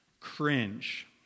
cringe